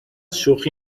شوخی